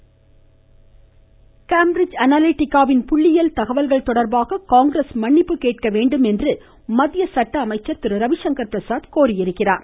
Cambridge Analytica Cambridge Analytica வின் புள்ளியியல் தகவல்கள் தொடர்பாக காங்கிரஸ் மன்னிப்பு கேட்கவேண்டும் என்று மத்திய சட்டஅமைச்சர் திரு ரவிசங்கர் பிரசாத் கோரியிருக்கிறார்